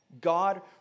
God